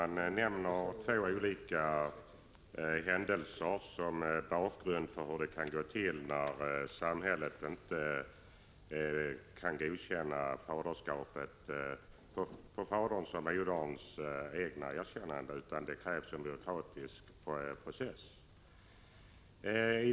De nämner två exempel på hur det kan gå till när samhället inte kan godkänna faderskapet på faderns och moderns egna erkännanden utan kräver en byråkratisk process.